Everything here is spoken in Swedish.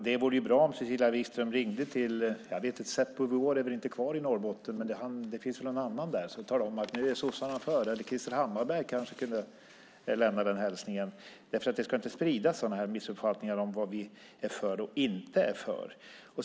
Det vore bra om Cecilia Wigström ringde ett telefonsamtal; nu är väl Seppo Wuori inte kvar i Norrbotten men det finns väl någon annan som hon kan tala om för att nu är sossarna för det här. Krister Hammarbergh kanske kunde lämna den hälsningen. Sådana här missuppfattningar om vad vi är för och vad vi inte är för ska inte spridas.